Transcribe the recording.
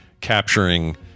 capturing